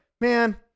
man